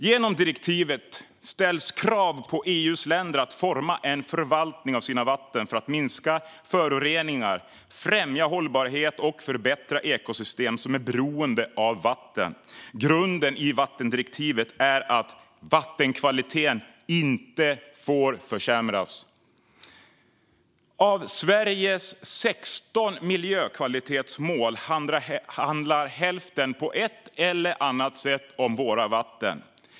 Genom direktivet ställs krav på EU:s länder att forma en förvaltning av sina vatten för att minska föroreningar, främja hållbarhet och förbättra ekosystem som är beroende av vatten. Grunden i vattendirektivet är att vattenkvaliteten inte får försämras. Av Sveriges 16 miljökvalitetsmål handlar hälften på ett eller annat sätt om våra vatten.